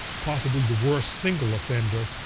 possibly the worst single offender,